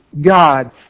God